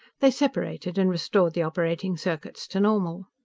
they separated and restored the operating circuits to normal.